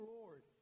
Lord